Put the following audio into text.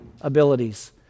abilities